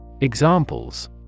Examples